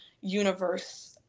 universe